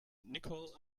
nicole